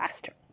faster